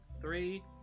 three